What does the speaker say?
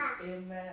Amen